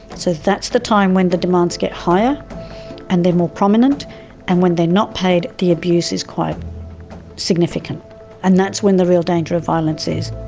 so that's the time when the demands get higher and they're more prominent and when they're not paid, the abuse is quite significant and that's when the real danger of violence is.